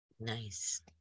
Nice